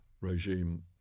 regime